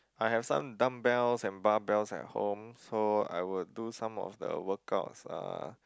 I have some dumb bells and bar bells at home so I would do some of the workouts ah